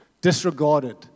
disregarded